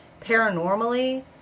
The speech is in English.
paranormally